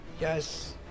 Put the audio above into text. Yes